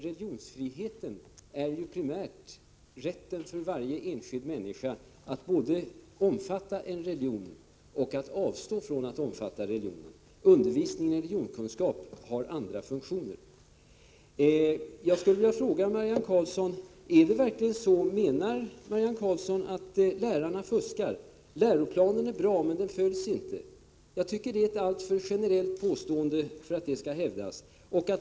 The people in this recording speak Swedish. Religionsfriheten är ju primärt rätten för varje enskild människa både att omfatta en religion och att avstå från att omfatta den. Undervisningen i religionskunskap har andra funktioner. Jag skulle vilja fråga: Menar Marianne Karlsson verkligen att lärarna fuskar? Läroplanen är bra, men den följs inte, säger hon ju. Jag tycker att det är ett allför generellt uttalande för att det skall kunna hävdas.